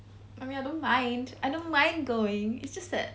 I mean I don't mind I don't mind going it's just that